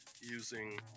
using